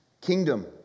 Kingdom